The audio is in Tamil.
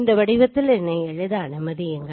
இந்த வடிவத்தில் என்னை எழுத அனுமதியுங்கள்